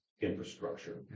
infrastructure